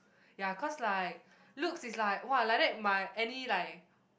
ya cause like looks is like !wah! like that my any like